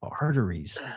arteries